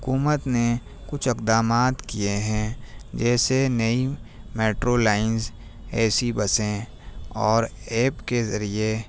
حکومت نے کچھ اقدامات کیے ہیں جیسے نئی میٹرو لائنس اے سی بسیں اور ایپ کے ذریعے